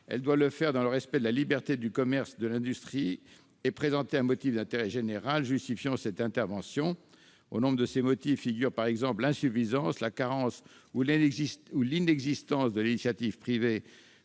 elle doit le faire dans le respect de la liberté du commerce et de l'industrie et présenter un motif d'intérêt général justifiant cette intervention. Au nombre de ces motifs figurent, par exemple, l'insuffisance, la carence ou l'inexistence de l'initiative privée,